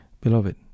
Beloved